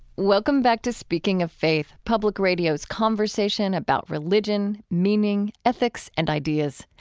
welcome back to speaking of faith, public radio's conversation about religion, meaning, ethics, and ideas.